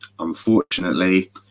Unfortunately